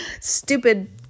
Stupid